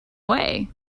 way